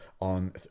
on